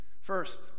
First